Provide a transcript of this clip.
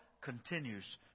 continues